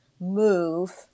move